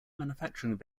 manufacturing